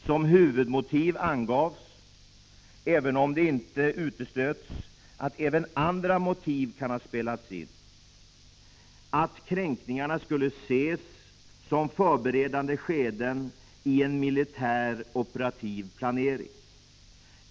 Som huvudmotiv angavs, även om det inte uteslöts att även andra motiv kan ha spelat in, att kränkningarna skulle ses som förberedande skeden i en militär operativ planering.